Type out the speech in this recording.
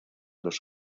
los